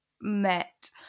met